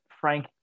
Frank